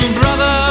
brother